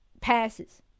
passes